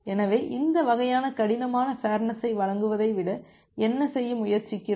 எனவே இந்த வகையான கடினமான ஃபேர்நெஸ் ஐ வழங்குவதை விட என்ன செய்ய முயற்சிக்கிறோம்